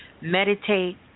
meditate